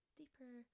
deeper